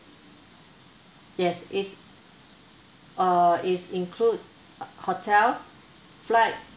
yes is uh is include hotel flight